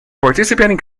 participating